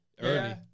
early